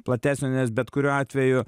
platesnio nes bet kuriuo atveju